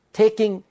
taking